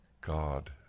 God